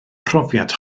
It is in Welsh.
profiad